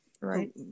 right